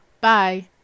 Bye